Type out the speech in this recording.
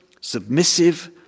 submissive